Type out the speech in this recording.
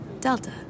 Delta